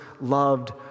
loved